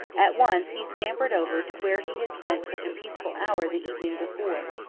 at once he scampered over to where he had spent such a peaceful hour the evening before.